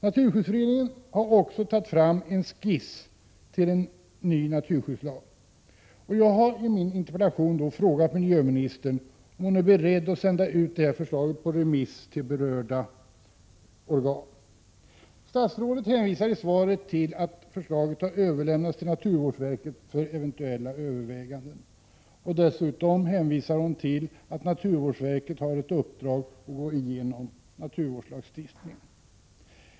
Naturskyddsföreningen har också tagit fram en skiss till en ny naturskyddslag. Jag har i min interpellation frågat miljöministern om hon är beredd att sända ut detta förslag på remiss till berörda organ. Statsrådet hänvisar till att förslaget har överlämnats till naturvårdsverket för eventuella överväganden. Dessutom hänvisar hon till att naturvårdsverket har ett uppdrag att gå igenom naturvårdslagstiftningen.